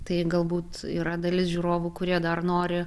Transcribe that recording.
tai galbūt yra dalis žiūrovų kurie dar nori